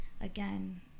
again